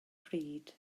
pryd